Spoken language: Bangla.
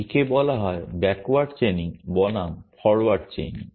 একে বলা হয় ব্যাকওয়ার্ড চেইনিং বনাম ফরোয়ার্ড চেইনিং